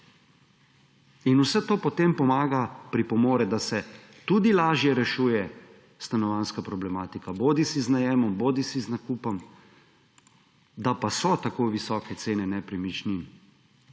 In vse to potem pomaga, pripomore, da se tudi lažje rešuje stanovanjska problematika bodisi z najemom bodisi z nakupom. Da pa so tako visoke cene nepremičnin,